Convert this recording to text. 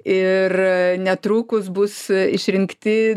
ir netrukus bus išrinkti